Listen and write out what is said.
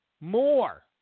more